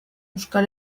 euskal